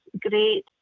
great